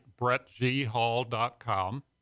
brettghall.com